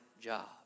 job